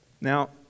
Now